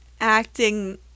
acting